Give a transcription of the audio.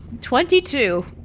Twenty-two